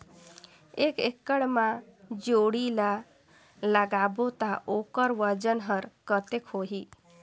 एक एकड़ मा जोणी ला लगाबो ता ओकर वजन हर कते होही?